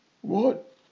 What